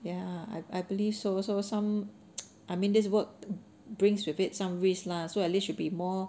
ya I I believe so so some I mean this work brings with it some risk lah so at least should be more